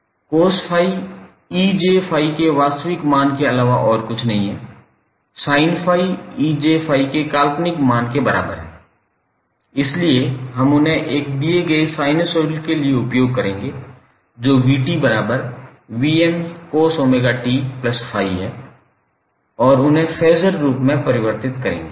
cos ∅ 𝑒𝑗∅ के वास्तविक मान के अलावा और कुछ नहीं है sin∅ 𝑒𝑗∅ के काल्पनिक मान के बराबर है इसलिए हम उन्हें एक दिए गए साइनसॉइड के लिए उपयोग करेंगे जो 𝑡𝑉𝑚cos𝜔𝑡∅ है और उन्हें फेज़र रूप में परिवर्तित करेंगे